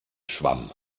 schwamm